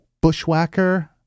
Bushwhacker